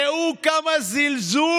ראו כמה זלזול